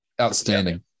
outstanding